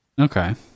Okay